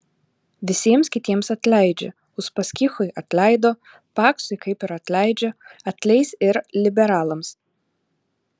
visiems kitiems atleidžia uspaskichui atleido paksui kaip ir atleidžia atleis ir liberalams